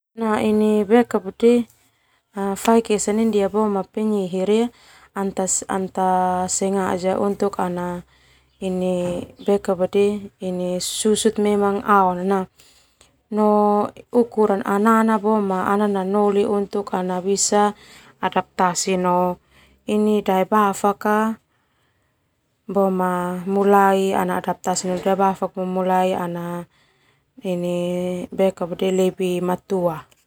Faik esa nai ndia boema penyihir ndia ta sengaja untuk ana susut memang ao na ana nanoli bisa ana adaptasi no ini daebafak boma mulai lebih matua.